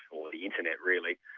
or the internet really.